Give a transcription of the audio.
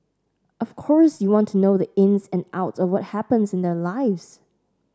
of course you want to know the ins and outs of what happens in their lives